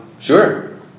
Sure